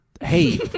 hey